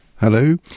Hello